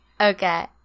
Okay